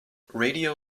radio